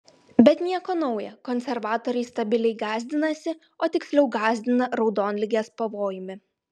bet nieko nauja konservatoriai stabiliai gąsdinasi o tiksliau gąsdina raudonligės pavojumi